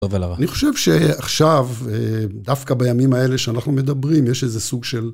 אני חושב שעכשיו, דווקא בימים האלה שאנחנו מדברים, יש איזה סוג של...